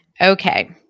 Okay